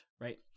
right